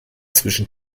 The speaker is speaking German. zwischen